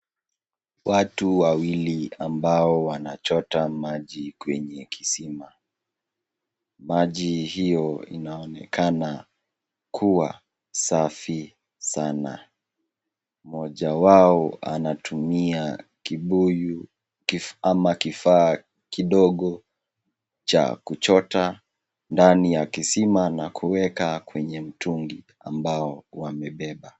Watu wawili ambao wanachota maji kwenye kisima. Maji hiyo inaonekana kuwa safi sana. Mmoja wao anatumia kibuyu ama kifaa kidogo cha kuchota ndani ya kisima na kuweka kwenye mtungi ambao wamebeba.